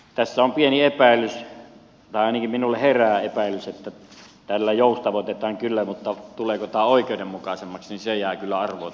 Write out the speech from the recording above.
tässä on pieni epäilys tai ainakin minulle herää epäilys että tällä joustavoitetaan kyllä mutta tuleeko tämä oikeudenmukaisemmaksi se jää kyllä arvoitukseksi